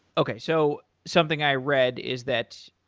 okay, so something i read is that,